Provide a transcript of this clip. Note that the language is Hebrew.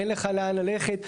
אין לך לאן ללכת.